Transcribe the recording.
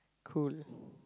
cool